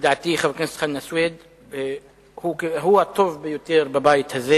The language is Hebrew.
שלדעתי חבר הכנסת חנא סוייד הוא הטוב ביותר בבית הזה.